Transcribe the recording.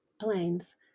planes